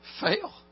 fail